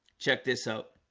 check this out?